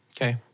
Okay